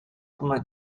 prima